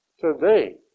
today